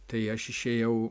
tai aš išėjau